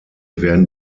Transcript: werden